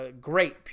Great